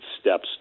steps